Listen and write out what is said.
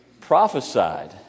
prophesied